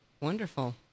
Wonderful